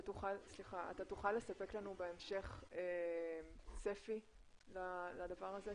אתה תוכל לספק לנו בהמשך צפי לדבר הזה?